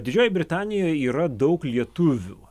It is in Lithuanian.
didžiojoj britanijoj yra daug lietuvių